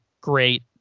great